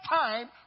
time